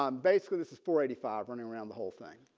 um basically this is for eighty five running around the whole thing.